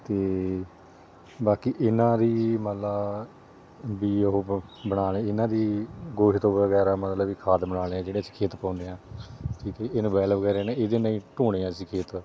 ਅਤੇ ਬਾਕੀ ਇਹਨਾਂ ਦੀ ਮੰਨ ਲਾ ਵੀ ਉਹ ਬਣਾਉਂਦੇ ਇਹਨਾਂ ਦੀ ਗੋਹੇ ਤੋਂ ਵਗੈਰਾ ਮਤਲਬ ਵੀ ਖਾਦ ਬਣਾਉਂਦੇ ਜਿਹੜੇ ਅਸੀਂ ਖੇਤ ਪਾਉਂਦੇ ਹਾਂ ਠੀਕ ਹੈ ਜੀ ਇਹਨ ਬੈਲ ਵਗੈਰਾ ਨੇ ਇਹਦੇ ਨਾਲ ਹੀ ਢੋਂਦੇ ਹਾਂ ਅਸੀਂ ਖੇਤ